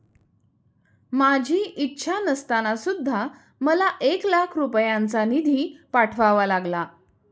माझी इच्छा नसताना सुद्धा मला एक लाख रुपयांचा निधी पाठवावा लागला